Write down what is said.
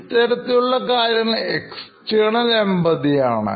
ഇത്തരത്തിലുള്ള കാര്യങ്ങൾ ബാഹ്യ സമാനുഭാവംആണ്